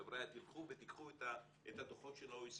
חבר'ה, תלכו ותיקחו את הדוחות של ה-OECD.